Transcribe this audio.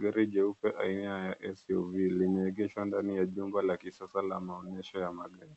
Gari jeupe aina ya SUV limeegeshwa ndani ya jumba la kisasa la maonyesho ya magari.